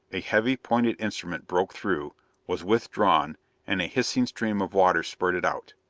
a heavy, pointed instrument broke through was withdrawn and a hissing stream of water spurted out.